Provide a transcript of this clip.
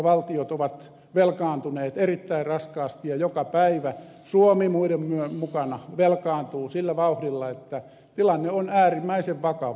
valtiot ovat velkaantuneet erittäin raskaasti ja joka päivä suomi muiden mukana velkaantuu sillä vauhdilla että tilanne on äärimmäisen vakava